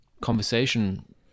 conversation